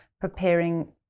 preparing